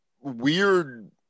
weird